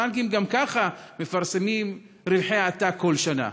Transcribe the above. הבנקים גם ככה מפרסמים רווחי עתק כל שנה,